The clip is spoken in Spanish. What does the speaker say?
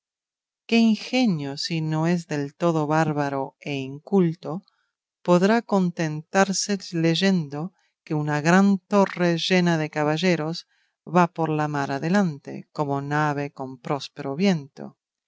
qué ingenio si no es del todo bárbaro e inculto podrá contentarse leyendo que una gran torre llena de caballeros va por la mar adelante como nave con próspero viento